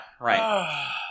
right